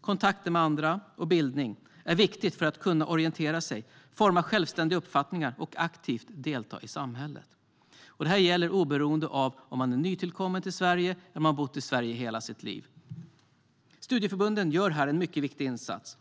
Kontakter med andra och bildning är viktigt för att kunna orientera sig, forma självständiga uppfattningar och delta aktivt i samhället. Det gäller oberoende av om man är nytillkommen till Sverige eller om man har bott i Sverige hela sitt liv. Studieförbunden gör här en viktig insats.